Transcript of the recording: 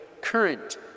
current